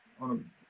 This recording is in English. on